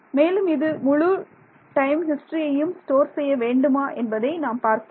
மேலும் இது முழு டைம் ஹிஸ்டரியையும் ஸ்டோர் செய்ய வேண்டுமா என்பதை நாம் பார்க்கிறோம்